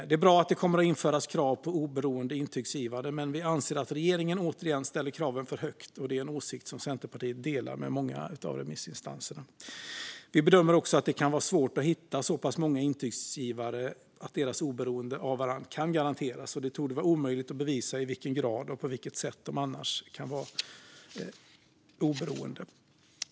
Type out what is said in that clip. Det är bra att det kommer att införas krav på oberoende intygsgivare, men vi anser att regeringen återigen ställer kraven för högt. Det är en åsikt som Centerpartiet delar med många av remissinstanserna. Vi bedömer också att det kan vara svårt att hitta så pass många intygsgivare att deras oberoende av varandra kan garanteras. Det torde vara omöjligt att bevisa i vilken grad och på vilket sätt de annars kan vara oberoende.